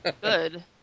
Good